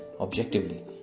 objectively